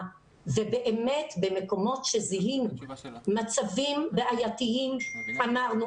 ובאמת במקומות שזיהינו מצבים בעייתיים אמרנו.